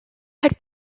head